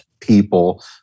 people